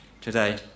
today